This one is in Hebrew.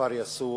בכפר יאסוף,